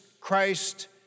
Christ